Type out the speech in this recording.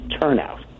turnout